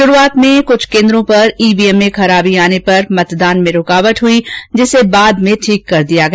शुरूआत में कुछ केन्द्रों पर ईवीएम में खराबी आने पर मतदान में रूकावट हुई जिसे बाद में ठीक कर दिया गया